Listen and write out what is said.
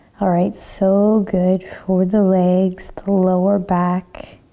alright, so good for the legs, the lower back.